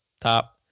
top